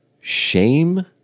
shame